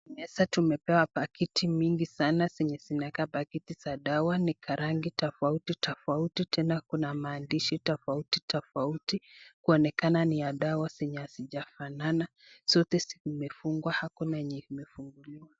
Meza tumepewa pakiti mingi sana zenye zinakaa pakiti za dawa ni za rangi tofauti tofauti, tena kuna maandishi tofauti tofauti kuonekana ni ya dawa zenye hazijafanana. Zote zimefungwa, hakuna yenye imefunguliwa.